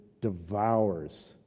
devours